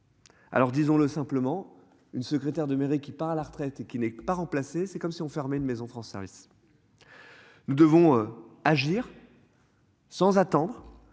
Alors disons-le simplement, une secrétaire de mairie qui part à la retraite et qui n'est pas remplacé. C'est comme si on fermé de maison Francis. Nous devons agir. Sans attendre